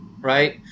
Right